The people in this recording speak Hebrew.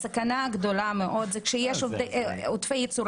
הסכנה הגדולה מאוד היא כשיש עודפי ייצור.